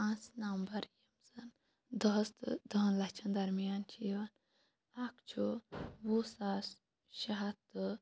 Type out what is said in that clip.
پانٛژھ نَمبَر یِم زَن دَہَس تہٕ دَہَن لَچھَن درمیان چھ یِوان اکھ چھُ وُہ ساس شےٚ ہتھ تہٕ